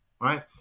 right